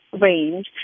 range